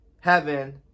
Heaven